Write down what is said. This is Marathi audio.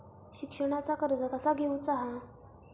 शिक्षणाचा कर्ज कसा घेऊचा हा?